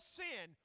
sin